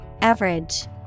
Average